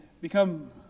become